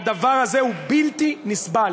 והדבר הזה הוא בלתי נסבל.